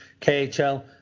KHL